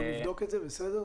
נבדוק את זה, בסדר?